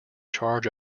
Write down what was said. charge